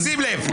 תשים לב,